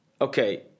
okay